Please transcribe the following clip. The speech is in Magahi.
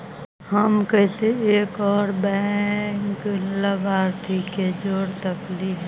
हम कैसे एक और बैंक लाभार्थी के जोड़ सकली हे?